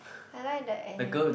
I like the anime